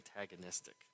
antagonistic